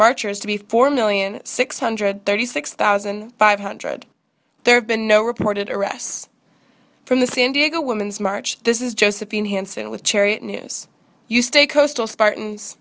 marchers to be four million six hundred thirty six thousand five hundred there have been no reported arrests from the san diego women's march this is josephine hansen with cherry news you stay coastal